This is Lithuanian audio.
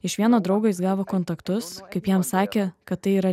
iš vieno draugo jis gavo kontaktus kaip jam sakė kad tai yra